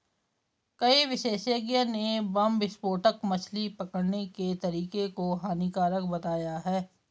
कई विशेषज्ञ ने बम विस्फोटक मछली पकड़ने के तरीके को हानिकारक बताया है